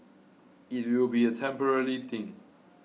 it will be a temporary thing